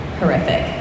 horrific